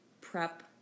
prep